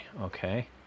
Okay